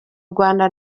rwanda